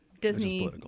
Disney